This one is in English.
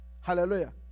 Hallelujah